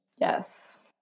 Yes